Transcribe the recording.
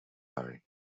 hurry